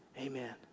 Amen